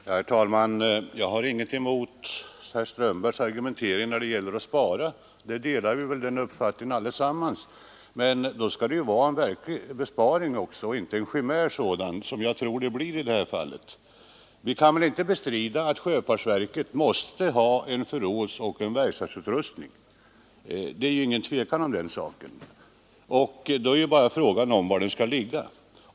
Herr talman! Jag har inget emot herr Strömbergs i Botkyrka argumentering när det gäller att spara — därvidlag har vi väl alla samma uppfattning. Men då skall det också vara fråga om en verklig besparing och inte, som jag tror att det blir i detta fall, en chimär. Vi kan väl inte bestrida att sjöfartsverket måste ha en förrådsoch verkstadsutrustning — det råder inget tvivel om den saken. Då är det bara fråga om var den skall ligga.